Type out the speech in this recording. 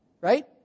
Right